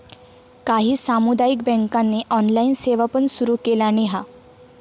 काही सामुदायिक बँकांनी ऑनलाइन सेवा पण सुरू केलानी हा